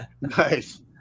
Nice